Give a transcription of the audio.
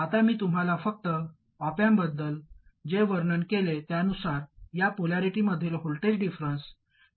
आता मी तुम्हाला फक्त ऑप अँप बद्दल जे वर्णन केले त्यानुसार या पोलॅरिटीमधील व्होल्टेज डिफरंन्स VD0 VD आहे